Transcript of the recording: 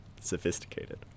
Sophisticated